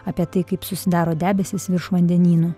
apie tai kaip susidaro debesys virš vandenynų